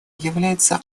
является